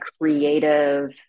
creative